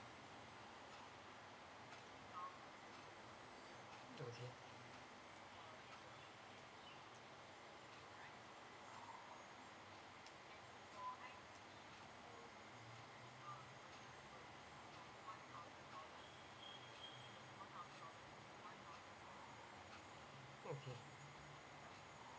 okay okay